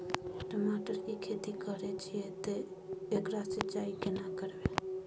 टमाटर की खेती करे छिये ते एकरा सिंचाई केना करबै?